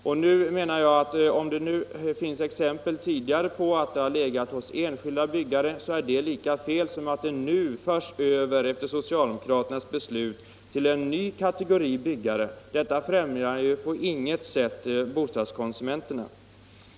Om det finns tidigare exempel på att sådana möjligheter legat hos enskilda byggare är det lika fel att de nu, efter socialdemokraternas beslut, förs över till en ny kategori byggare. Detta främjar på inget sätt bostadskonsumenterna.